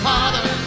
Father